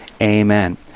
Amen